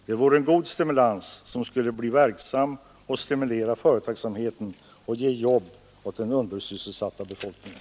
Det vore en god stimulans som skulle bli verksam och som skulle stimulera företagsamheten och ge jobb åt den undersysselsatta befolkningen.